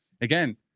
again